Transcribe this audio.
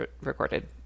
recorded